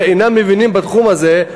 שאינם מבינים בתחום הזה,